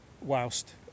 whilst